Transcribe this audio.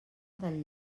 del